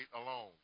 alone